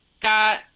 got